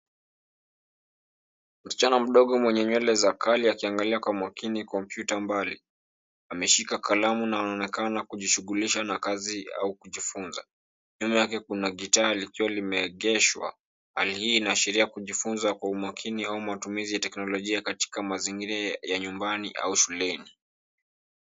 Msichana mdogo mwenye nywele za curly akiangalia kwa makini kompyuta mbali, ameshika kalamu na anaonekana kujishughulisha na kazi au kujifunza. Nyuma yake kuna gitaa likiwa limeegeshwa, hali hii inaashiria kujifunza kwa umakini au matumizi ya teknolojia katika mazingira ya nyumbani, au shuleni.